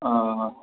آ